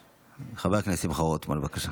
חבר הכנסת שמחה רוטמן, בבקשה.